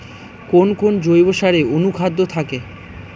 কোন কোন জৈব সারে অনুখাদ্য থাকে?